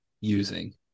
using